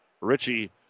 Richie